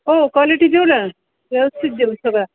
हो कॉलिटी देऊ ना व्यवस्थित देऊ सगळं